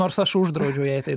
nors aš uždraudžiau jai tai